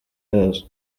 yazo